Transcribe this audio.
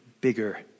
bigger